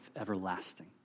everlasting